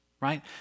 right